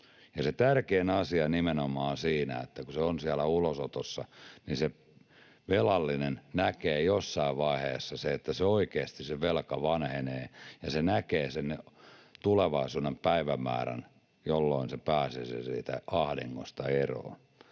se tärkein asia on nimenomaan siinä, että kun se on siellä ulosotossa, niin se velallinen näkee jossain vaiheessa sen, että se velka oikeasti vanhenee, ja hän näkee sen tulevaisuuden päivämäärän, jolloin hän pääsisi siitä ahdingosta eroon.